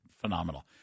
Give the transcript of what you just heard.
phenomenal